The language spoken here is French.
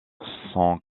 sont